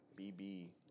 BB